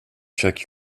check